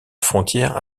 frontière